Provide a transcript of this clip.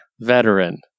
Veteran